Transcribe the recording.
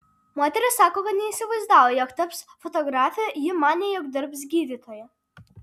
moteris sako kad neįsivaizdavo jog taps fotografe ji manė jog dirbs gydytoja